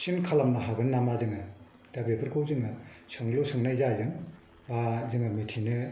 सिन खालामनो हागोन नामा जोङो दा बेफोरखौ जोङो सोंलु सोंनाय जायो जों बा जोङो मिथिनो